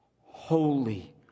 holy